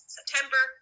September